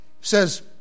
says